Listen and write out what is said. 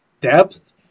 depth